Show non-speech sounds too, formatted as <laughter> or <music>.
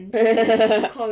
<laughs>